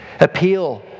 Appeal